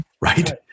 Right